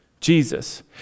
Jesus